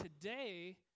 today